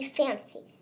fancy